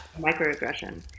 microaggression